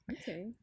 Okay